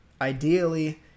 ideally